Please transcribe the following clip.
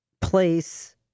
place